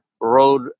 road